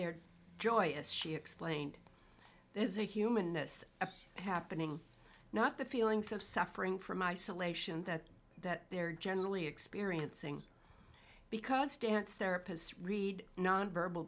they're joyous she explained there is a human this a happening not the feelings of suffering from isolation that that they're generally experiencing because dance therapists read nonverbal